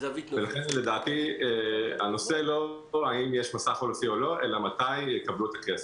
לכן לדעתי הנושא הוא לא אם יש מסע חלופי או לא אלא מתי יקבלו את הכסף.